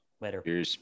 Later